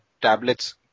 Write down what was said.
tablets